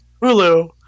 Hulu